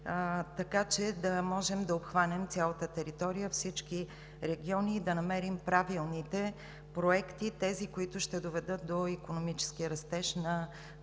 така че да можем да обхванем цялата територия, всички региони и да намерим правилните проекти – тези, които ще доведат до икономически растеж на